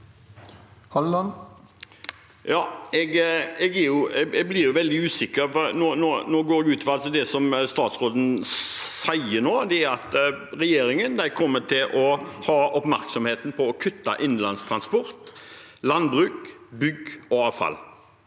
Jeg blir veldig usikker. Nå går jeg ut fra at det som statsråden sier nå, er at regjeringen kommer til å ha oppmerksomheten på å kutte i innenlands transport, landbruk, bygg og avfall.